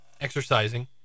exercising